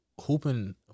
hooping